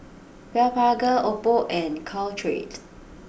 Blephagel Oppo and Caltrate